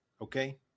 Okay